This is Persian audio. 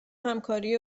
همکاری